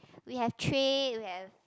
we have tray we have